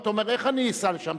אתה אומר: איך אני אסע לשם,